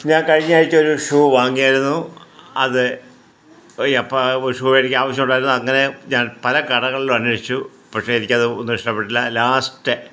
ഞാൻ കഴിഞ്ഞ ആഴ്ച്ച ഒരു ഷൂ വാങ്ങിയായിരുന്നു അത് അപ്പം ആ ഷൂ എനിക്ക് ആവശ്യം ഉണ്ടായിരുന്നു അങ്ങനെ ഞാൻ പല കടകളിലും അന്വേഷിച്ചു പക്ഷേ എനിക്കത് ഒന്നും ഇഷ്ടപ്പെട്ടില്ല ലാസ്റ്റ്